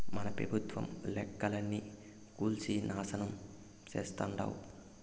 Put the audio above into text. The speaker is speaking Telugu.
మన పెబుత్వం లెక్క అన్నీ కూల్సి నాశనం చేసేట్టుండావ్